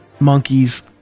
Monkeys